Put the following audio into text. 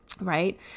right